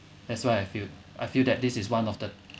that's why I feel I feel that this is one of the